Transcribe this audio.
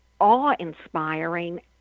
awe-inspiring